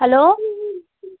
hello